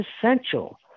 essential